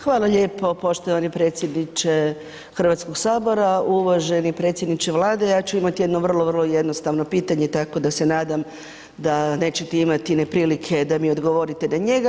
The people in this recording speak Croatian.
Hvala lijepo poštovani predsjedniče Hrvatskoga sabora, uvaženi predsjedniče Vlade, ja ću imati jedno vrlo, vrlo jednostavno pitanje tako da se nadam da nećete imati neprilike da mi odgovorite na njega.